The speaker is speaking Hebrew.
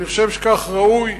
אני חושב שכך ראוי.